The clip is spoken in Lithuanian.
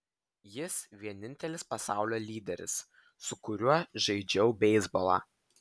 jis vienintelis pasaulio lyderis su kuriuo žaidžiau beisbolą